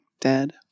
Dead